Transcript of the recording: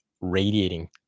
radiating